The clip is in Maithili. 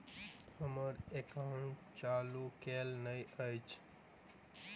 हम्मर एकाउंट चालू केल नहि अछि?